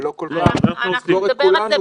ולא כל פעם לסגור את כולנו.